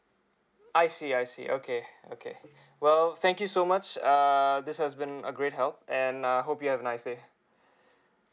I see I see okay okay well thank you so much uh this has been a great help and I hope you have a nice day